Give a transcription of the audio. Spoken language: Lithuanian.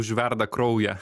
užverda kraują